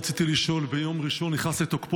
רציתי לשאול ביום ראשון נכנס לתוקפו